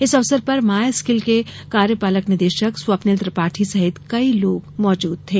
इस अवसर पर माय स्किल के कार्यपालक निदेशक स्वप्निल त्रिपाठी सहित कई लोग मौजूद थे